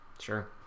Sure